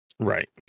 Right